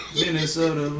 Minnesota